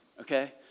okay